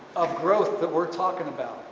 of growth that we're talking about.